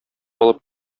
алып